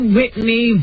Whitney